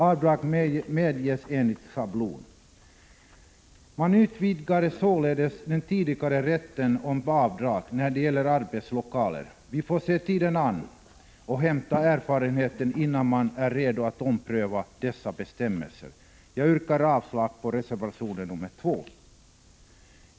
Avdrag medges enligt schablon. Man utvidgade således den tidigare rätten till avdrag när det gäller arbetslokaler. Vi får se tiden an och hämta erfarenheter innan vi kan vara redo att ompröva dessa bestämmelser. Jag yrkar avslag på reservation nr 2.